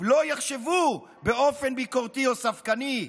לא יחשבו באופן ביקורתי או ספקני.